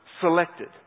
selected